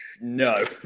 no